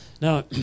Now